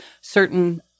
certain